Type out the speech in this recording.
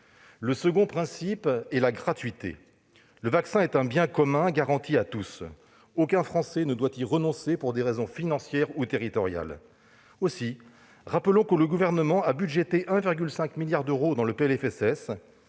Le deuxième principe est la gratuité : le vaccin est un bien commun, garanti à tous. Aucun Français ne doit y renoncer pour des raisons financières ou territoriales. Ainsi, rappelons que le Gouvernement a budgété 1,5 milliard d'euros dans le PLFSS